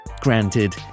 Granted